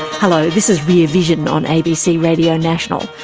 hello, this is rear vision on abc radio national.